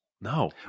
No